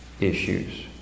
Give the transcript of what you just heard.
issues